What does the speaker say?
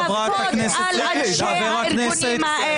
התביעה האחרונה של רבנים לזכויות אדם,